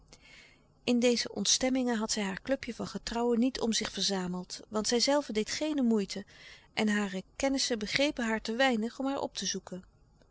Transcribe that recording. in deze ontstemmingen had zij haar clubje van getrouwen niet om zich verzameld want zijzelve deed geene moeite en haar kennissen begrepen haar te weinig om haar op te zoeken